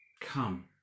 Come